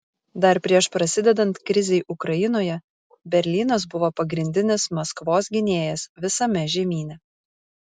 dar prieš prasidedant krizei ukrainoje berlynas buvo pagrindinis maskvos gynėjas visame žemyne